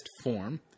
form